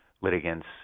litigants